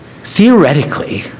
theoretically